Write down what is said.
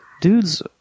Dudes